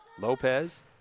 Lopez